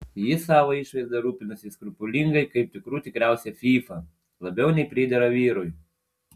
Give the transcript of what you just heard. jis savo išvaizda rūpinasi skrupulingai kaip tikrų tikriausia fyfa labiau nei pridera vyrui